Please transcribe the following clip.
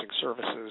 services